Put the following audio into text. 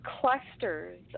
clusters